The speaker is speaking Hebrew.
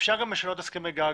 אפשר גם לשנות הסכמי גג.